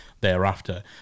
thereafter